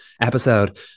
episode